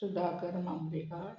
Sudhakar Mamlekar